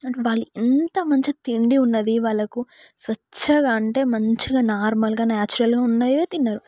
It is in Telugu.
వాళ్ళు ఎంత మంచి తిండి ఉన్నది వాళ్లకు స్వచ్ఛంగా అంటే మంచిగా నార్మల్గా నేచురల్గా ఉన్నవి తిన్నారు